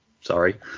Sorry